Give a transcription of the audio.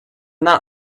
not